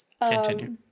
Continue